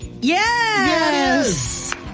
Yes